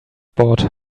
board